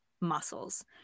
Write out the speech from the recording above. muscles